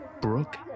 Brooke